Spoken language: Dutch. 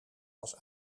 was